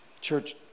Church